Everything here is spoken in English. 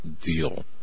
deal